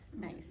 nice